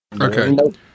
Okay